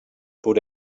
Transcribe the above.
put